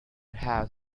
have